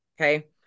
Okay